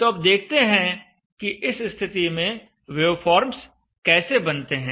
तो अब देखते हैं कि इस स्थिति में वेवफॉर्म्स कैसे बनते हैं